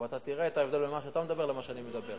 ואתה תראה את ההבדל בין מה שאתה מדבר לבין מה שאני מדבר.